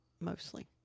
mostly